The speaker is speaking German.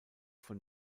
von